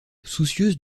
soucieuse